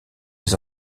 des